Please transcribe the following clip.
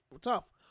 tough